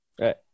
Right